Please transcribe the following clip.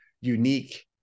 unique